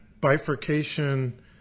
bifurcation